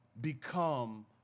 become